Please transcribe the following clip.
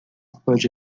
pode